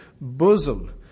bosom